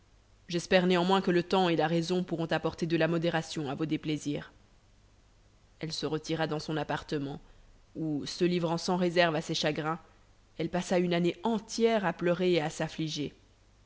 j'espère néanmoins que le temps et la raison pourront apporter de la modération à vos déplaisirs elle se retira dans son appartement où se livrant sans réserve à ses chagrins elle passa une année entière à pleurer et à s'affliger